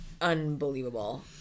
unbelievable